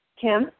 Kim